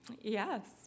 Yes